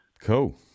Cool